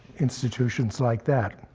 institutions like that.